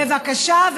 בבקשה.